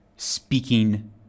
speaking